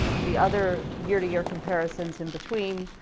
the other year-to-year comparisons in between,